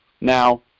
Now